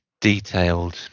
Detailed